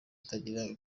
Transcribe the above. itangira